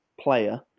player